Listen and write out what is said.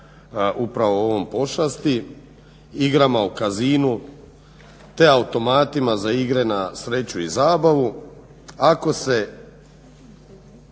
upravo ovom pošasti, igrama u kasinu te automatima za igre na sreću i zabavu.